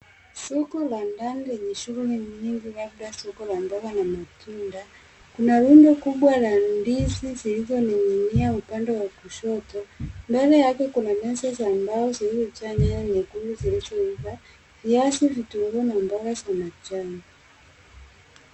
Soko la ndani enye shughuli nyingi, labda soko la mboga na matunda. Kuna rundo kubwa la ndizi zilizong'ing'inia upande wa kushoto. Mbele yake kuna meza za mbao zilizojaa nyanya migumu zilizoiva, viazi, vitunguu na mboga za manjani.